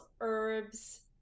herbs